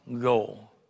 goal